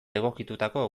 egokitutako